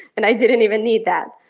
and i didn't even need that.